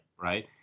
right